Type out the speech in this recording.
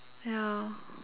ya